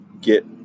get